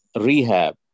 rehab